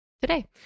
today